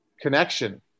connection